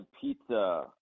pizza